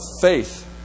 faith